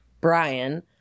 Brian